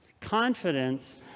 Confidence